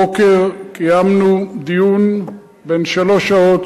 הבוקר קיימנו דיון בן שלוש שעות,